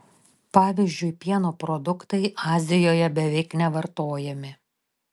pavyzdžiui pieno produktai azijoje beveik nevartojami